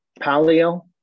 paleo